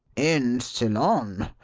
in ceylon!